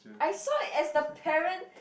I saw it as the parent